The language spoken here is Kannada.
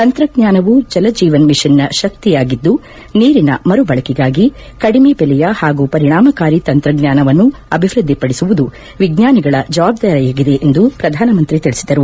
ತಂತ್ರಜ್ಞಾನವು ಜಲ ಜೀವನ್ ಮಿಷನ್ನ ಶಕ್ತಿಯಾಗಿದ್ದು ನೀರಿನ ಮರು ಬಳಕೆಗಾಗಿ ಕಡಿಮೆ ಬೆಲೆಯ ಹಾಗೂ ಪರಿಣಾಮಕಾರಿ ತಂತ್ರಜ್ಞಾನವನ್ನು ಅಭಿವ್ವದ್ಗಪಡಿಸುವುದು ವಿಜ್ಞಾನಿಗಳ ಜವಾಬ್ಗಾರಿಯಾಗಿದೆ ಎಂದು ಪ್ರಧಾನಮಂತ್ರಿ ನರೇಂದ್ರಮೋದಿ ತಿಳಿಸಿದರು